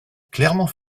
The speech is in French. clermont